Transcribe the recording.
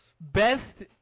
Best